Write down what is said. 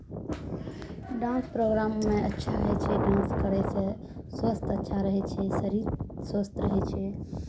dance प्रोग्राममे अच्छा होइ छै डांस करयसँ स्वास्थ्य अच्छा रहै छै शरीर स्वस्थ रहै छै